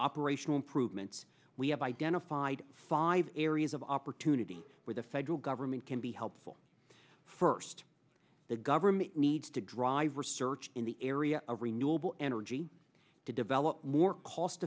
operational improvements we have identified five areas of opportunity where the federal government can be helpful first the government needs to drive research in the area of renewable energy to develop more cost